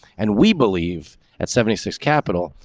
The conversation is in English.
and we believe at seventy six capital,